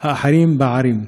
אחרים בערים.